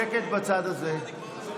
שקט בצד הזה.